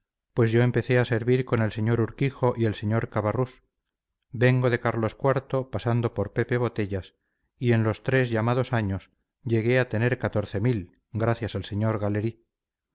pues yo empecé a servir con el sr urquijo y el sr cabarrús vengo de carlos iv pasando por pepe botellas y en los tres llamados años llegué a tener catorce mil gracias al sr